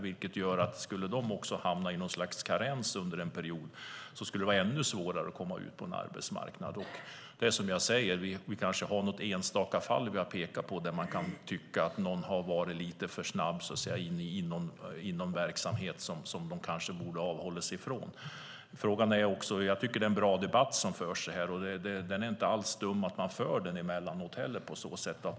Om även de skulle hamna i något slags karens under en period skulle det vara ännu svårare att komma ut på arbetsmarknaden. Vi kanske kan peka på något enstaka fall där man kan tycka att någon har varit lite för snabb till någon verksamhet och borde ha avhållit sig från det. Jag tycker att det är en bra debatt som förs. Det är inte alls dumt att man för den emellanåt.